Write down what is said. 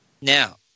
Now